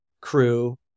crew